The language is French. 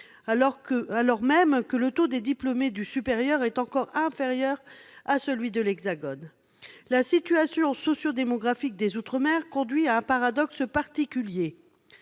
alors même que le taux de diplômés du supérieur y est encore inférieur à celui de l'Hexagone. La situation sociodémographique des outre-mer conduit à un paradoxe spécifique